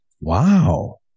Wow